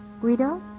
Guido